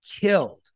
killed